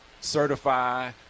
certify